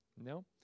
No